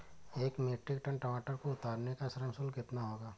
एक metric tonne टमाटर को उतारने का श्रम शुल्क कितना होगा?